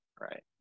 Right